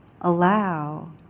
Allow